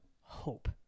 hope